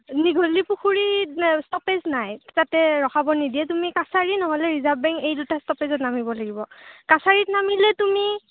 দীঘলী পুখুৰীত নাই ষ্ট'পেজ নাই তাতে ৰখাব নিদিয়ে তুমি কাছাৰী নহ'লে ৰিৰ্জাভ বেংক এই দুটা ষ্ট'পেজত নামিব লাগিব কাছাৰীত নামিলে তুমি